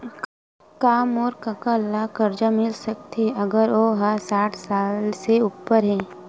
का मोर कका ला कर्जा मिल सकथे अगर ओ हा साठ साल से उपर हे?